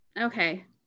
Okay